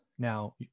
Now